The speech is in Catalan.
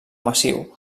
massiu